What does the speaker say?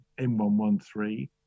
M113